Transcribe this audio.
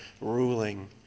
ruling